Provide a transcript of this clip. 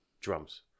drums